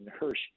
Hershey